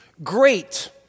Great